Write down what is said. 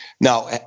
Now